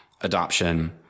adoption